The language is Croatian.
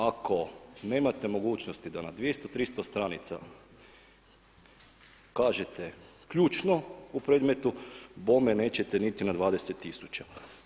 Ako nemate mogućnosti da na 200, 300 stranica kažete ključno u predmetu, bome nećete niti na 20 tisuća.